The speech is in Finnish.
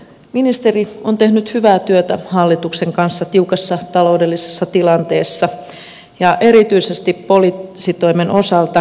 ministeri on tehnyt hyvää työtä hallituksen kanssa tiukassa taloudellisessa tilanteessa ja erityisesti poliisitoimen osalta